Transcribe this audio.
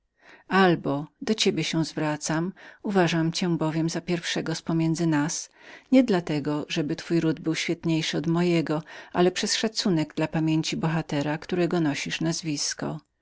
albo do ciebie się obracam uważam cię bowiem za pierwszego z pomiędzy nas nie dla tego żeby ród twój był zacniejszym od mego ale przez szacunek dla pamięci bohatera którego nosisz nazwisko